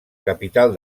capital